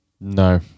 No